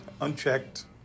unchecked